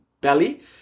belly